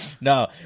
no